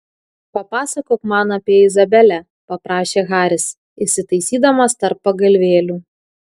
papasakok man apie izabelę paprašė haris įsitaisydamas tarp pagalvėlių